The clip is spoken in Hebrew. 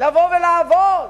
לבוא ולעבוד.